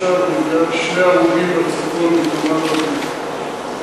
עכשיו מידע על שני הרוגים בצפון בתאונת דרכים.